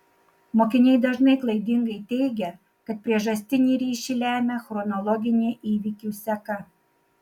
mokiniai dažnai klaidingai teigia kad priežastinį ryšį lemia chronologinė įvykių seka